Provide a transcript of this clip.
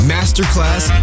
Masterclass